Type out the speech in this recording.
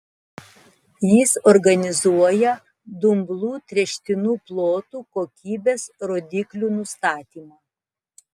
jis organizuoja dumblu tręštinų plotų kokybės rodiklių nustatymą